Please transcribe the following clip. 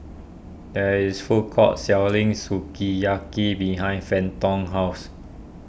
there is food court selling Sukiyaki behind Fenton's house